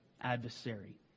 adversary